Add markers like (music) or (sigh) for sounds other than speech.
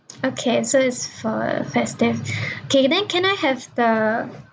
okay so is for festive (breath) K then can I have the